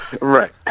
Right